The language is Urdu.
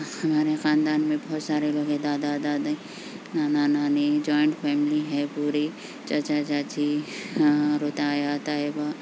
ہمارے خاندان میں بہت سارے لوگ ہے دادا دادی نانا نانی جوائنٹ فیملی ہے پوری چچا چاچی اور تایا تائیوا